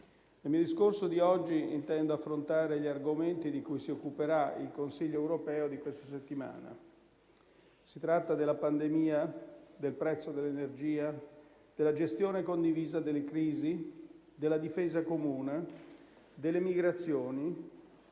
nel discorso di oggi intendo affrontare gli argomenti di cui si occuperà il Consiglio europeo di questa settimana: pandemia; prezzo dell'energia; gestione condivisa delle crisi; difesa comune; migrazioni